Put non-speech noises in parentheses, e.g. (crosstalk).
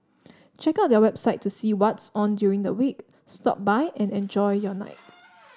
check out their website to see what's on during the week stop by and enjoy your night (noise)